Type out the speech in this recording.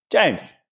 James